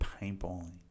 paintballing